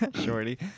Shorty